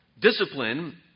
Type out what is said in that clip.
Discipline